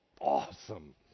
Awesome